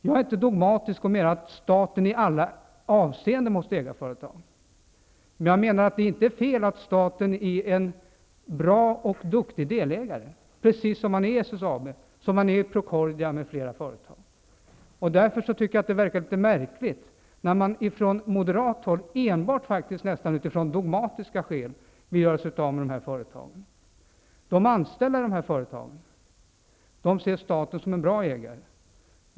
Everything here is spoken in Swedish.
Jag är inte dogmatisk och menar att staten i alla avseenden måste äga företag, men jag menar att det inte är fel att staten är en stark och duktig delägare, precis som staten är i SSAB, Procordia m.fl. företag. Därför tycker jag att det verkar litet märkligt när man från moderat håll faktiskt nästan enbart av dogmatiska skäl vill att staten skall göra sig av med sina företag. De anställda i de här företagen ser staten som en bra ägare.